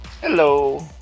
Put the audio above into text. Hello